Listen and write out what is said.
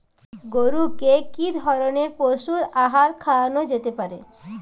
গরু কে কি ধরনের পশু আহার খাওয়ানো যেতে পারে?